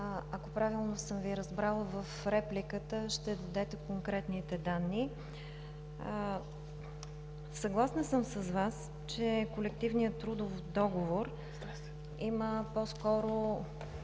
Ако правилно съм Ви разбрала, в репликата ще дадете конкретните данни. Съгласна съм с Вас, че колективният трудов договор има по скоро